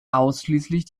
ausschließlich